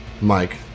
Mike